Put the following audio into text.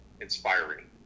inspiring